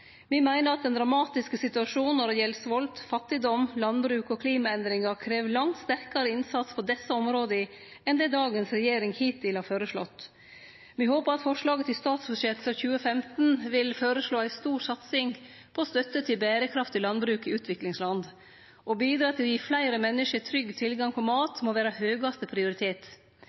Me meiner at den dramatiske situasjonen når det gjeld svolt, fattigdom, landbruk og klimaendringar, krev langt sterkare innsats på desse områda enn det dagens regjering har føreslått til no. Me håpar at regjeringa i forslaget til statsbudsjett for 2015 vil føreslå ei stor satsing på støtte til berekraftig landbruk i utviklingsland. Å bidra til å gi fleire menneske trygg tilgang på mat må vere høgaste prioritet.